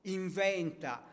inventa